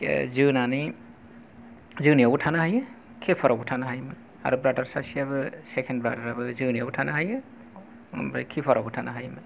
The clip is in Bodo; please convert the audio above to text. जोनायावबो थानो हायो किपार आवबो थानो हायोमोन आरो ब्रादार सासेयाबो सेकेन्द ब्रादार आबो जोनायावबो थानो हायो ओमफ्राय किपार आवबो थानो हायोमोन